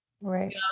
Right